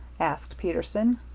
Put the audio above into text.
asked peterson.